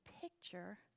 picture